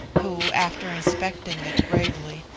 who, after inspecting it gravely,